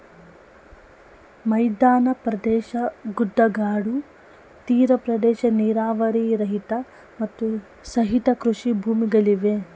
ಮೈದಾನ ಪ್ರದೇಶ, ಗುಡ್ಡಗಾಡು, ತೀರ ಪ್ರದೇಶ, ನೀರಾವರಿ ರಹಿತ, ಮತ್ತು ಸಹಿತ ಕೃಷಿ ಭೂಮಿಗಳಿವೆ